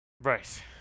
Right